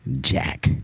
Jack